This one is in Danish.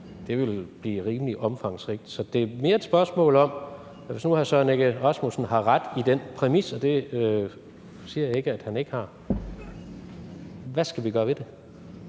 Det ville blive rimelig omfangsrigt. Så det er mere et spørgsmål om, hvis nu hr. Søren Egge Rasmussen har ret i den præmis, og det siger jeg ikke at han ikke har, hvad vi så skal gøre ved det.